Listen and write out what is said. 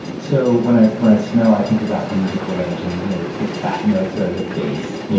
so when i when i smell, i think about the musical range and you know the the fat notes are the bass. yeah